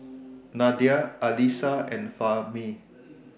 Nadia Alyssa and Fahmi